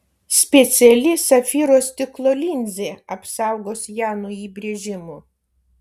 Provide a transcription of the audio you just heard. speciali safyro stiklo linzė apsaugos ją nuo įbrėžimų